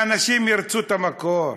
האנשים ירצו את המקור,